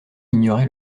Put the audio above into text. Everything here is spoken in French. ignorait